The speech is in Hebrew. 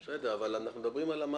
בסדר, אבל אנחנו מדברים על המסה.